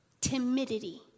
timidity